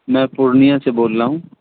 میں پورنیہ سے بول رہا ہوں